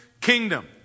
kingdom